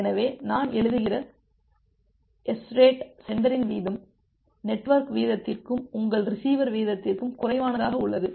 எனவே நான் எழுதுகிற எஸ்ரேட் சென்டரின் வீதம் நெட்வொர்க் வீதத்திற்கும் உங்கள் ரிசீவர் வீதத்திற்கும் குறைவானதாக உள்ளது